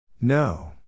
No